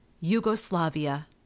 yugoslavia